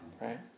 right